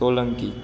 Solanki